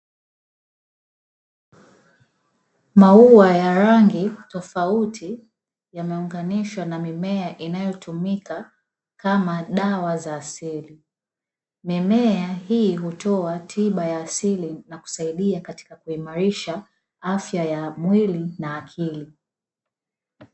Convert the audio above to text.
Maua ya rangi tofauti yameunganishwa na mimea inayotumika kama dawa za asili, mimea hii hutoa tiba ya asili na kusaidia katika kuimarisha afya ya mwili na akili.